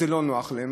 זה לא נוח להם?